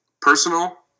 personal